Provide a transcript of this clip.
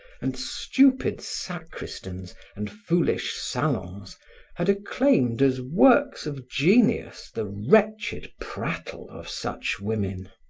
and stupid sacristans and foolish salons had acclaimed as works of genius the wretched prattle of such women.